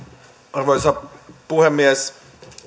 arvoisa puhemies